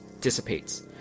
dissipates